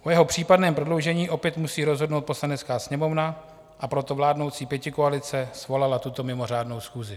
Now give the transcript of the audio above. O jeho případném prodloužení opět musí rozhodnout Poslanecká sněmovna, a proto vládnoucí pětikoalice svolala tuto mimořádnou schůzi.